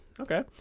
Okay